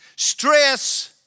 Stress